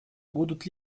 будут